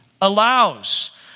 allows